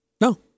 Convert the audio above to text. No